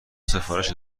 سفارش